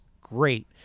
great